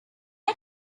did